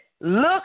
look